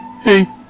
Hey